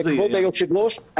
כבוד היושב ראש,